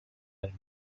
and